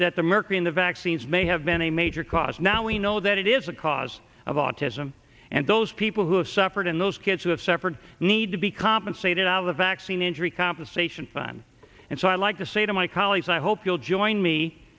that the mercury in the vaccines may have been a major cause now we know that it is a cause of auto and those people who have suffered in those kids who have suffered need to be compensated out of the vaccine injury compensation fun and so i'd like to say to my colleagues i hope you'll join me